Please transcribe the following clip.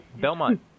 Belmont